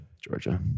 Georgia